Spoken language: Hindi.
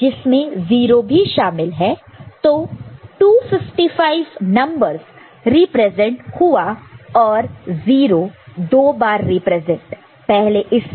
तो 255 नंबरस रिप्रेजेंट हुआ और 0 दो बार रिप्रेजेंट पहले इससे और फिर इससे